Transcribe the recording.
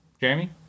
Jeremy